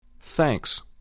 Thanks